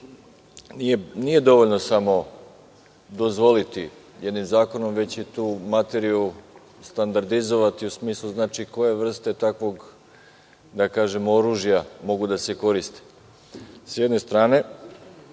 nije dovoljno samo dozvoliti jednim zakonom, već i tu materiju standardizovati u smislu koje vrste takvog oružja mogu da se koriste, s jedne strane.S